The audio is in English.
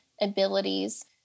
abilities